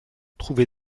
trouver